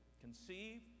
conceive